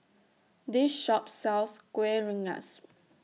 This Shop sells Kuih Rengas